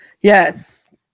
Yes